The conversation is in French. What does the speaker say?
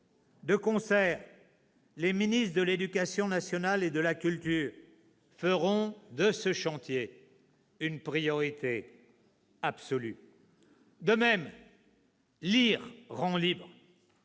De concert, les ministres de l'éducation nationale et de la culture feront de ce chantier une priorité absolue. « De même, lire rend libre.